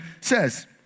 says